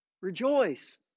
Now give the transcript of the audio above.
Rejoice